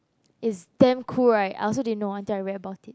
is damn cool right I also din know until I read about it